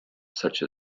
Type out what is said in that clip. such